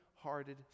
hearted